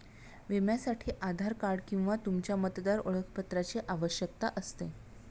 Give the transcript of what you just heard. विम्यासाठी आधार कार्ड किंवा तुमच्या मतदार ओळखपत्राची आवश्यकता असते